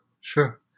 sure